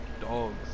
Dogs